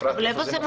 אפרת, איפה זה מופיע?